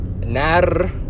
Nar